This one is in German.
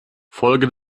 folge